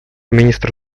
министр